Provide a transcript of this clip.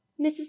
Mrs